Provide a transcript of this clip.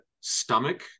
stomach